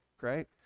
right